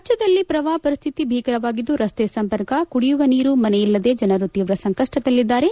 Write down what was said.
ರಾಜ್ಞದಲ್ಲಿ ಪ್ರವಾಹ ಪರಿಸ್ತಿತಿ ಭೀಕರವಾಗಿದ್ದು ರಸ್ತೆ ಸಂಪರ್ಕ ಕುಡಿಯುವ ನೀರು ಮನೆಯಿಲ್ಲದೆ ಜನರು ತೀವ್ರ ಸಂಕಪ್ಷದಲ್ಲಿದ್ದಾರೆ